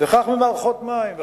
וכך ממערכות מים,